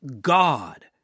God